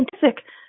scientific